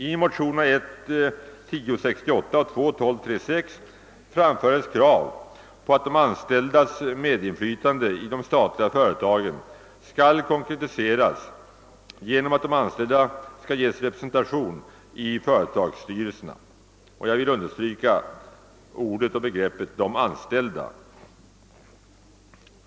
I motionerna 1:1068 och II: 1236 framföres krav på att de anställdas medinflytande i de statliga företagen skall konkretiseras genom att åt de anställda ges representation i företagsstyrelserna. Jag vill understryka ordet och begreppet de anställda.